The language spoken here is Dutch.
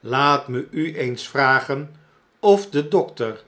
laat me u eens vragen of de dokter